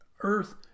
earth